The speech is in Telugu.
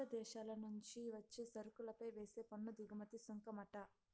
ఇతర దేశాల నుంచి వచ్చే సరుకులపై వేసే పన్ను దిగుమతి సుంకమంట